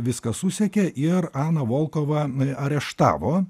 viską susekė ir aną volkovą areštavo